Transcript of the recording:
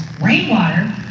Rainwater